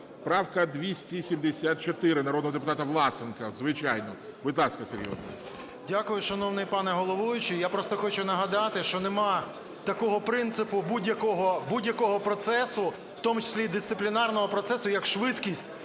Правка 274, народного депутата Власенка. Звичайно. Будь ласка, Сергій Володимирович. 11:36:25 ВЛАСЕНКО С.В. Дякую, шановний пане головуючий. Я просто хочу нагадати, що нема такого принципу будь-якого процесу, в тому числі і дисциплінарного процесу, як швидкість.